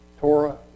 Torah